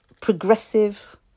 progressive